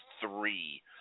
three